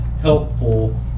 helpful